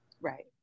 Right